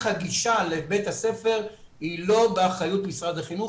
הגישה לבית הספר היא לא באחריות משרד החינוך,